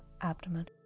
abdomen